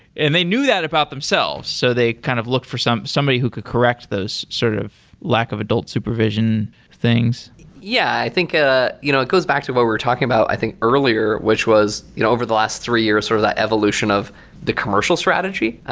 and they knew that about themselves. so they kind of looked for somebody who could correct those sort of lack of adult supervision things yeah. i think ah you know it goes back to what we're talking about i think earlier, which was you know over the last three years, sort of the evolution of the commercial strategy.